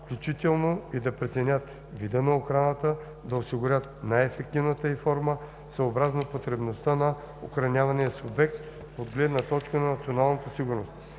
включително да преценяват вида на охраната и да осигуряват най-ефективната ѝ форма, съобразно потребността на охранявания субект от гледна точка на националната сигурност.